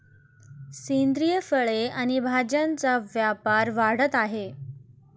सेंद्रिय फळे आणि भाज्यांचा व्यापार वाढत आहे